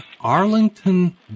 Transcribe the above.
Arlington